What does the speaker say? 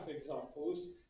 examples